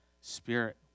spirit